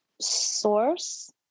source